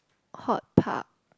hot tub